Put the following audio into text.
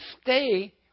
stay